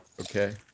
Okay